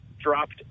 dropped